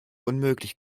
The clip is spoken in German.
unmöglich